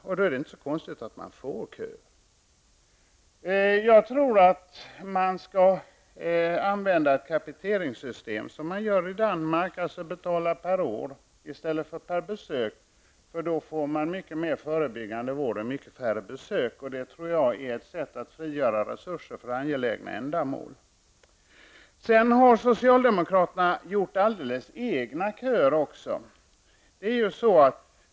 Då är det inte heller så konstigt att det blir köer. Jag tror att man skall använda ett capiteringssystem på samma sätt som i Danmark, nämligen att låta människor betala per år i stället för per besök. Det för med sig mycket mer förebyggande vård och färre besök. Det är ett sätt att frigöra resurser för angelägna ändamål. Sedan har socialdemokraterna gjort alldeles egna köer också.